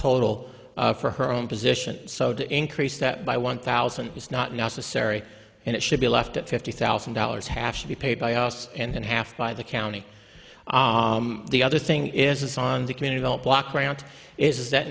total for her own position so to increase that by one thousand is not necessary and it should be left at fifty thousand dollars half should be paid by us and in half by the county the other thing is on the community don't block grant is that